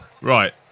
right